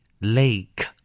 lake